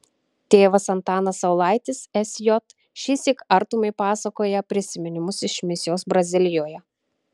tėvas antanas saulaitis sj šįsyk artumai pasakoja prisiminimus iš misijos brazilijoje